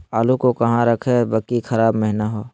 आलू को कहां रखे की खराब महिना हो?